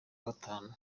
gatanu